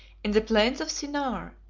in the plains of sinaar,